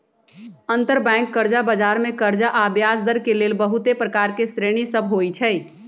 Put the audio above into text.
अंतरबैंक कर्जा बजार मे कर्जा आऽ ब्याजदर के लेल बहुते प्रकार के श्रेणि सभ होइ छइ